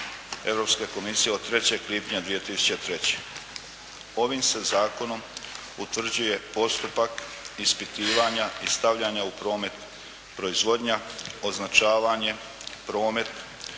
Europske komisije od 3. lipnja 2003. Ovim se zakonom utvrđuje postupak ispitivanja i stavljanja u promet, proizvodnja, označavanje, promet,